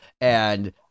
And-